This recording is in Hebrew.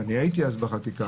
ואני הייתי אז בחקיקה,